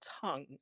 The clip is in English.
tongue